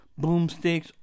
boomsticks